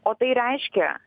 o tai reiškia